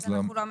אז לא מצביעים.